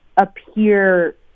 appear